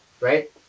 right